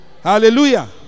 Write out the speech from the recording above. Hallelujah